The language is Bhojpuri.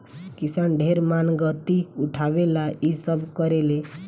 किसान ढेर मानगती उठावे ला इ सब करेले